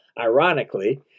ironically